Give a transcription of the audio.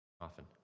often